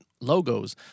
logos